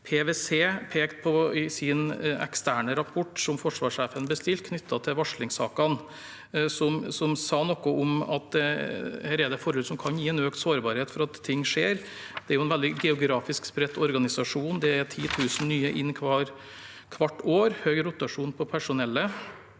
PwC pekte på i den eksterne rapporten som forsvarssjefen bestilte knyttet til varslingssakene, som sa noe om at her er det forhold som kan gi en økt sårbarhet for at ting skjer. Det er en veldig geografisk spredt organisasjon, det er 10 000 nye inn hvert år, høy rotasjon på personellet